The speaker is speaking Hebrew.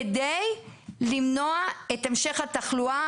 כדי למנוע את המשך התחלואה,